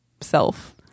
self